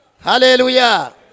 Hallelujah